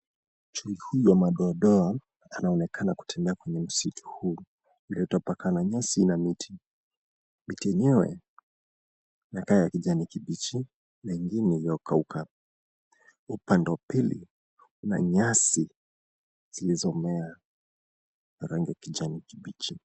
Chui huyu wa madoadoa anaonekana kutembea kwenye msitu huu uliotapakaa na nyasi na miti. Miti yenyewe inakaa ya kijani kibichi na ingine iliyokauka. Upande wa pili una nyasi zilizomea ya rangi ya kijani kibichi.